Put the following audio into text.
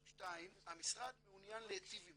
שתיים, המשרד מעוניין להיטיב עם